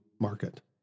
market